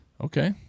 Okay